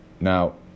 Now